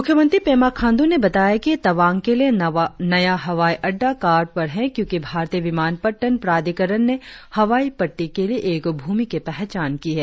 मुख्यमंत्री पेमा खांड्र ने बताया कि तवांग के लिए नया हवाई अड़डा कार्ड पर है क्योंकि भारतीय विमानपत्तन प्राधिकरण ने हवाई पट्टी के लिए एक भूमि की पहचान की है